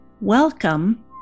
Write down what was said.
welcome